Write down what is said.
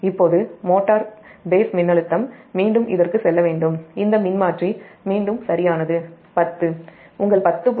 இப்போது motor phase மின்னழுத்தம் மீண்டும் இதற்கு செல்ல வேண்டும் இந்த மின்மாற்றி 10 மீண்டும் உங்கள் 10